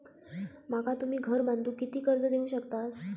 माका तुम्ही घर बांधूक किती कर्ज देवू शकतास?